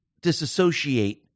disassociate